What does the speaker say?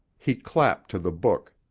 he clapped to the book.